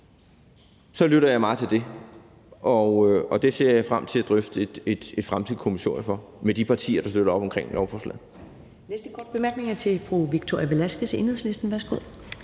så lytter jeg meget til det, og det ser jeg frem til at drøfte i et fremtidigt kommissorium med de partier, der støtter op om lovforslaget.